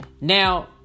Now